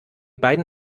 beiden